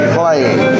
playing